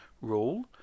rule